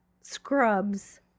scrubs